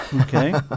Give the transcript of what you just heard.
Okay